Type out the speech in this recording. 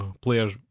players